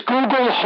Google